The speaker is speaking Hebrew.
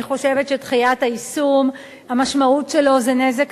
אני חושבת שדחיית היישום המשמעות שלה היא נזק